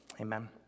Amen